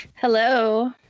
Hello